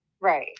right